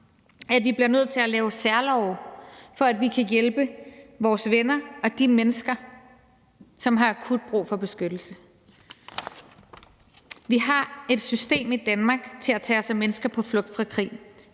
at vi bliver nødt til at lave særlove, for at vi kan hjælpe vores venner og de mennesker, som har akut brug for beskyttelse. Vi har et system i Danmark til at tage sig af mennesker på flugt fra krig